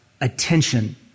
attention